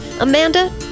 Amanda